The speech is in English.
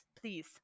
please